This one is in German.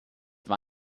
war